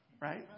right